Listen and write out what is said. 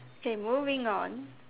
okay moving on